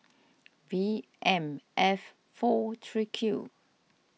V M F four three Q